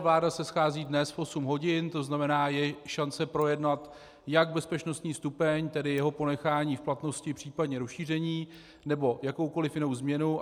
Vláda se schází dnes v osm hodin, to znamená, je šance projednat jak bezpečnostní stupeň, tedy jeho ponechání v platnosti, případně rozšíření nebo jakoukoliv jinou změnu.